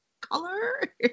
color